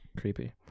creepy